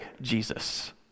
Jesus